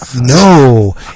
no